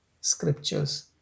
scriptures